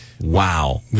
Wow